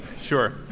Sure